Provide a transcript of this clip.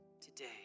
Today